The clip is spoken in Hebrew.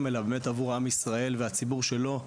אלא באמת עבור עם ישראל והציבור כולו.